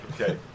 Okay